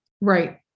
Right